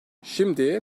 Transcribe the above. şimdi